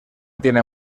tienen